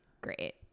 Great